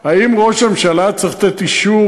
האם ראש הממשלה צריך לתת אישור,